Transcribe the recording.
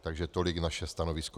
Takže tolik naše stanovisko.